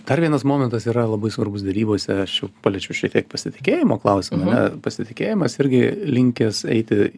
dar vienas momentas yra labai svarbus derybose aš paliečiau šiek tiek pasitikėjimo klausimą ane pasitikėjimas irgi linkęs eiti